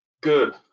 Good